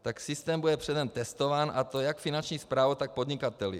Tak systém bude předem testován, a to jak Finanční správou, tak podnikateli.